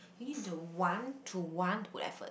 you need the want to want to put effort